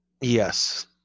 yes